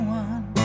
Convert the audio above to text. one